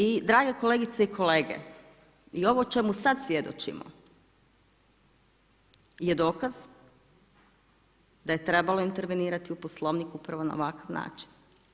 I drage kolegice i kolege i ovo čemu sad svjedočimo je dokaz da je trebalo intervenirati u Poslovnik upravo na ovakav način.